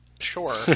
Sure